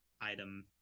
item